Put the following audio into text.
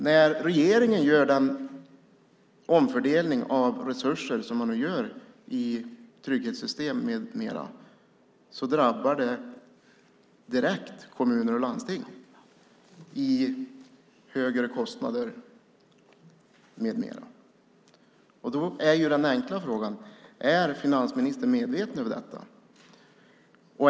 När regeringen nu gör en omfördelning av resurserna i trygghetssystem med mera drabbar det alltså direkt kommuner och landsting i form av högre kostnader med mera. Då är den enkla frågan: Är finansministern medveten om detta?